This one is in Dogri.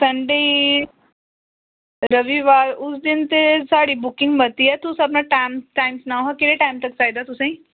संडे ई रविवार उस दिन ते साढ़ी बुकिंग मती ऐ तुस अपना टैम टाईम सनाओ हां केह्ड़ा टाईम तक्क चाहिदा तुसें ई